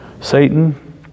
Satan